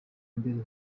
mbere